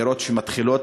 פירות שמתחילים.